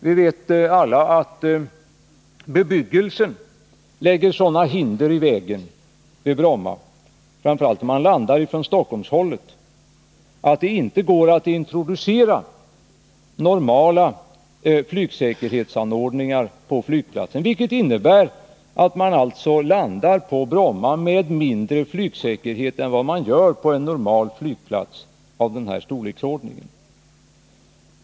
Vi vet också att bebyggelsen vid Bromma lägger sådana hinder i vägen — framför allt när man landar från Stockholmshållet — att det inte går att introducera normala flygsäkerhetsanordningar, vilket innebär att man landar på Bromma med mindre flygsäkerhetsmarginaler än man normalt har på en flygplats av den här storleksord ningen.